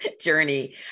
journey